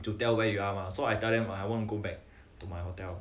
to tell where you are mah so I tell them I want to go back to my hotel